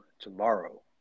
tomorrow